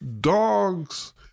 dogs